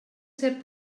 cert